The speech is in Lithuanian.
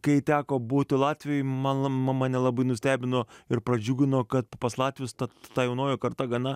kai teko būti latvijoj man mane labai nustebino ir pradžiugino kad pas latvius ta ta jaunoji karta gana